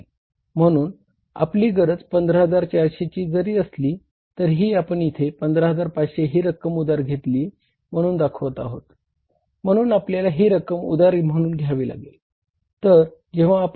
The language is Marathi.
म्हणून आपली गरज 15400 ची जरी असली तरीही आपण इथे 15500 ही रक्कम उधार घेतलेली म्हणून दाखवत आहोत म्हणून आपल्याला ही रक्कम उधार म्ह्णून घ्यावी लागेल